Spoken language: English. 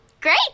Great